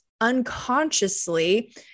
unconsciously